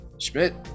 Schmidt